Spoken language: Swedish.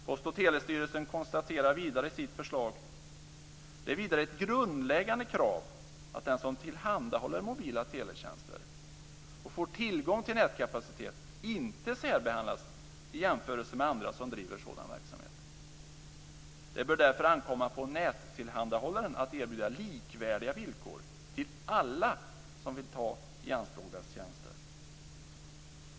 Post och telestyrelsen konstaterar vidare följande i sitt förslag: Det är vidare ett grundläggande krav att den som tillhandahåller mobila teletjänster och får tillgång till nätkapacitet inte särbehandlas i jämförelse med andra som driver sådan verksamhet. Det bör därför ankomma på nättillhandahållaren att erbjuda likvärdiga villkor till alla som vill ta i anspråk dess tjänster.